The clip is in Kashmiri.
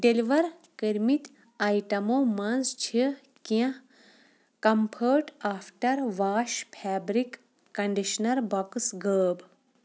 ڈیلیور کٔرمٕتۍ آیٹمو منٛز چھِ کینٛہہ comfort after wash fabric conditioner box غٲب